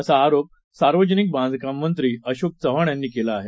असा आरोप सार्वजनिक बांधकाम मंत्री अशोक चव्हाण यांनी केला आहे